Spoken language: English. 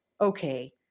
okay